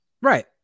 Right